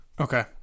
Okay